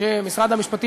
שמשרד המשפטים,